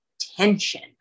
tension